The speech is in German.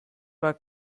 war